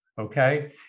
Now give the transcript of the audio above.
okay